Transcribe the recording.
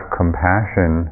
compassion